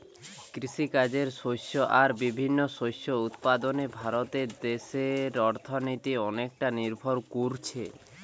কৃষিকাজের শস্য আর বিভিন্ন শস্য উৎপাদনে ভারত দেশের অর্থনীতি অনেকটা নির্ভর কোরছে